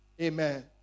Amen